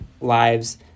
lives